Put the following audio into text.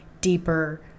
deeper